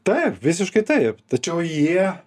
taip visiškai taip tačiau jie